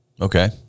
Okay